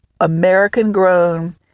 American-grown